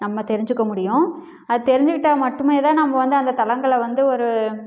நம்ம தெரிஞ்சுக்க முடியும் அது தெரிஞ்சுகிட்டா மட்டுமேதான் நம்ம வந்து அந்த தலங்களை வந்து ஒரு